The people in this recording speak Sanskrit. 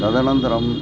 तदनन्तरम्